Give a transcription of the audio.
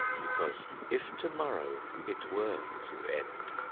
because if tomorrow it were to end.